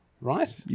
right